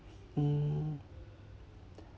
mm